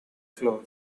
floor